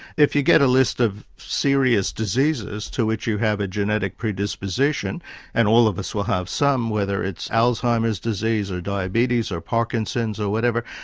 if you get a list of serious diseases to which you have a genetic predisposition and all of us will have some whether it's alzheimer's disease, or diabetes, of parkinson's or whatever,